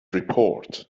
report